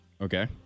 Okay